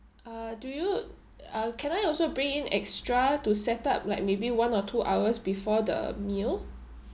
uh do you uh can I also bring in extra to set up like maybe one or two hours before the meal